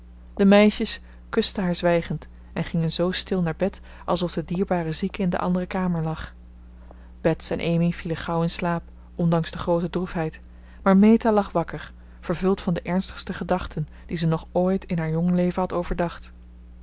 de meisjes kusten haar zwijgend en gingen zoo stil naar bed alsof de dierbare zieke in de andere kamer lag bets en amy vielen gauw in slaap ondanks de groote droefheid maar meta lag wakker vervuld van de ernstigste gedachten die ze nog ooit in haar jong leven had overdacht